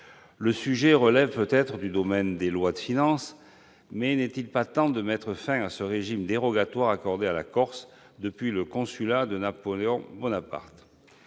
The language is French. Ce sujet relève peut-être du domaine des lois de finances ; mais n'est-il pas temps de mettre fin à ce régime dérogatoire accordé à la Corse depuis le Consulat de Napoléon Bonaparte ?